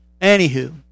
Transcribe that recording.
Anywho